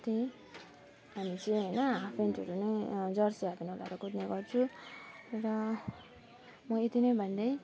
हो त्यही अनि चाहिँ हाफ प्यान्टहरू नै जर्सी हाफ प्यान्ट लगाएर कुद्ने गर्छु र म एति नै भन्दै